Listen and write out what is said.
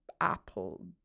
apple